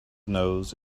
nose